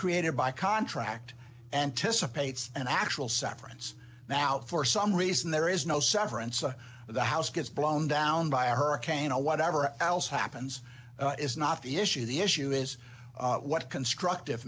created by contract anticipates an actual severance now for some reason there is no severance and the house gets blown down by a hurricane or whatever else happens is not the issue the issue is what constructive